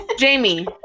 Jamie